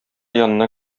янына